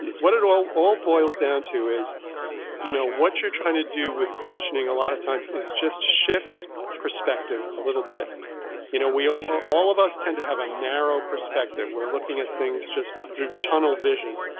what it all all boils down to is you know what you're trying to do with questioning a lot of times is just shift perspective a little bit you know all of us tend to have a narrow perspective. we're looking at things just through tunnel vision.